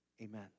amen